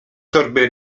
torby